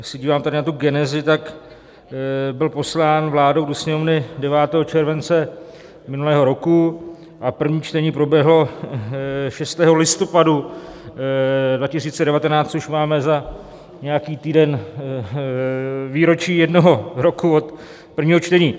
Když se dívám na tu genezi, tak byl poslán vládou do Sněmovny 9. července minulého roku a první čtení proběhlo 6. listopadu 2019, což máme za nějaký týden výročí jednoho roku od prvního čtení.